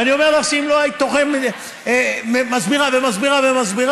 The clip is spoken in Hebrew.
ואני אומר לך שאם לא היית מסבירה ומסבירה ומסבירה,